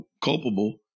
culpable